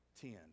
ten